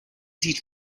teach